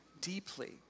deeply